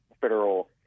federal